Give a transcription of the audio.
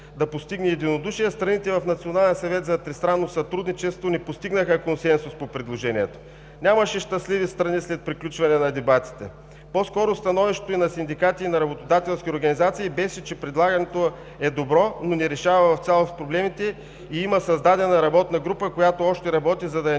за тристранно сътрудничество не постигнаха консенсус по предложението. Нямаше щастливи страни след приключване на дебатите. По-скоро становището на синдикати и на работодателски организации беше, че предлаганото е добро, но не решава в цялост проблемите и има създадена работна група, която още работи. Затова е